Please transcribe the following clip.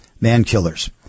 man-killers